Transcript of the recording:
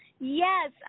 Yes